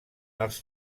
els